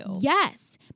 Yes